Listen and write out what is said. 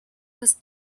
has